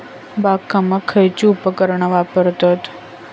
बागकामाक खयची उपकरणा वापरतत?